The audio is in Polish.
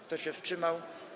Kto się wstrzymał?